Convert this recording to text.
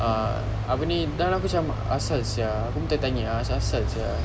ah apa ni then aku cam asal sia aku tanya-tanya ah asal asal sia